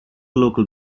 local